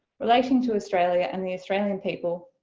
relating to australia and the australian people,